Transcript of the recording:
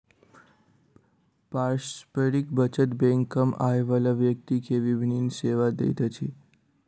पारस्परिक बचत बैंक कम आय बला व्यक्ति के विभिन सेवा दैत अछि